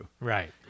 Right